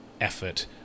effort